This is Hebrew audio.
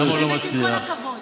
עם כל הכבוד.